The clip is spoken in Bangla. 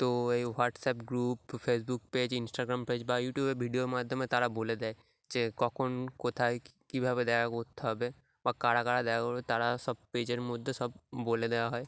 তো এই WhatsApp group Facebook page Instagram page বা ইউটিউবে ভিডিওর মাধ্যমে তারা বলে দেয় যে কখন কোথায় কীভাবে দেখা করতে হবে বা কারা কারা দেখা কর তারা সব পেজের মধ্যে সব বলে দেওয়া হয়